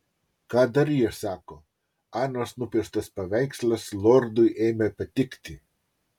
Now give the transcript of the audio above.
ką dar jie sako anos nupieštas paveikslas lordui ėmė patikti